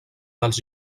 dels